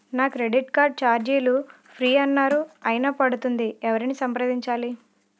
నా credit card ఛార్జీలు free అన్నారు అయినా పడుతుంది ఎవరిని సంప్రదించాలి?